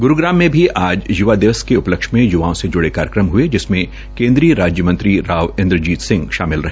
ग्रूग्राम में भी आज य्वा दिवस के उपलक्ष्य में युवाओं से जुड़े कार्यक्रम हये जिसमें केन्द्रीय राज्य मंत्री राव इंद्रजीत सिंह शामिल रहे